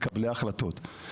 מקבלי ההחלטות.